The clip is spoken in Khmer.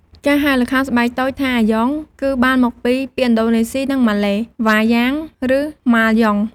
ការហៅល្ខោនស្បែកតូចថា “អាយ៉ង” គឺបានមកពីពាក្យឥណ្ឌូនេស៊ី និងម៉ាឡេ “វ៉ាយ៉ាង” (Wayang) ឬ “ម៉ាល់យ៉ង់” (Malyang) ។